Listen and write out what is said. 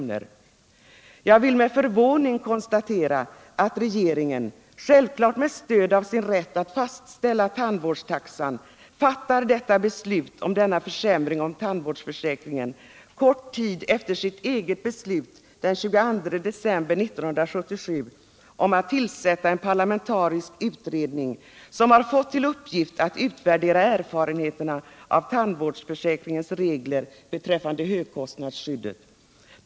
Jag konstaterar med förvåning att regeringen, självfallet med stöd av sin rätt att fastställa tandvårdstaxan, fattar detta beslut om försämring av tandvårdsförsäkringen kort tid efter sitt eget beslut den 22 december 1977 om att tillsätta en parlamentarisk utredning, som har fått till uppgift att utvärdera erfarenheterna av tandvårdsförsäkringens regler beträffande högkostnadsskyddet.